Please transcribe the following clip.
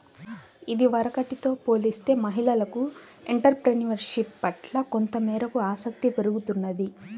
ఇదివరకటితో పోలిస్తే మహిళలకు ఎంటర్ ప్రెన్యూర్షిప్ పట్ల కొంతమేరకు ఆసక్తి పెరుగుతున్నది